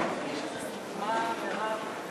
להעביר את